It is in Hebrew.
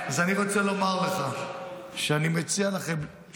ולכן, אני רוצה לומר לך שיש כאלה שיודעים, גם